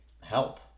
help